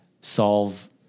solve